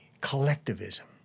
collectivism